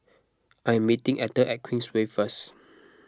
I am meeting Etter at Queensway first